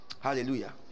Hallelujah